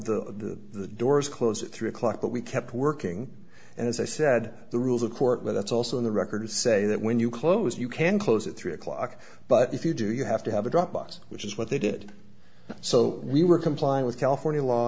the the doors closed at three o'clock but we kept working and as i said the rules of court with us also the records say that when you close you can close at three o'clock but if you do you have to have a dropbox which is what they did so we were complying with california law